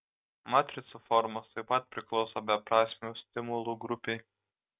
matricų formos taip pat priklauso beprasmių stimulų grupei